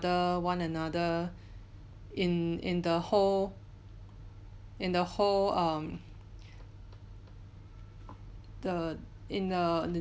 one another in in the whole in the whole um the in the